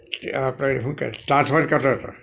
કે આ પેલી શું કે ટ્રાંસ્ફર કરતા હતા